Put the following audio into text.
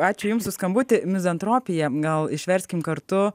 ačiū jums už skambutį mizantropija gal išverskime kartu